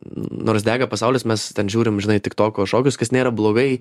nors dega pasaulis mes ten žiūrim žinai tik toko šokius kas nėra blogai